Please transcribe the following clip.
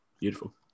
beautiful